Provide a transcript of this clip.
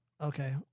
okay